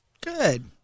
Good